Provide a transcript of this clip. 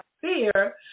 fear